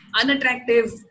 unattractive